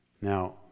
Now